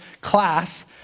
class